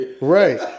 Right